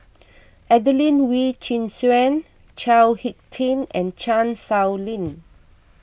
Adelene Wee Chin Suan Chao Hick Tin and Chan Sow Lin